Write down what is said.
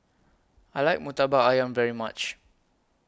I like Murtabak Ayam very much